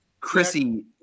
Chrissy